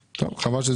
טוב, חבל שזה כך.